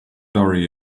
glory